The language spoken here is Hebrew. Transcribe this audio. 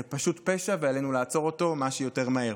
זה פשוט פשע, ועלינו לעצור אותו מה שיותר מהר.